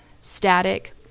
static